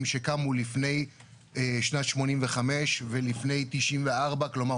שקמו לפני שנת 85 ולפני 94. כלומר,